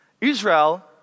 Israel